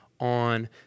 on